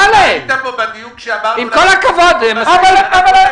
בצלאל, עם כל הכבוד, מספיק.